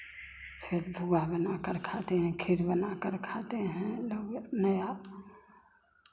फिर पुआ बनाकर खाते हैं खीर बनाकर खाते हैं लोग अपने आप